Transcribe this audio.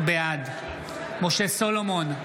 בעד משה סולומון,